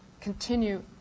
continue